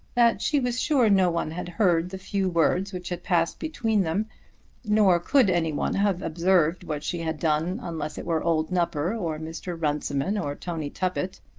that she was sure no one had heard the few words which had passed between them nor could anyone have observed what she had done, unless it were old nupper, or mr. runciman, or tony tuppett.